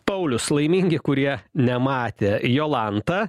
paulius laimingi kurie nematė jolanta